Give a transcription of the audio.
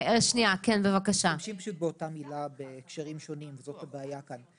משתמשים באותה מילה בהקשרים שונים, וזו הבעיה כאן.